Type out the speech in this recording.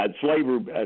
Slavery